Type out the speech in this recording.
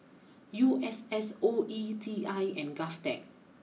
U S S O E T I and GovTech